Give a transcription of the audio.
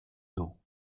d’eau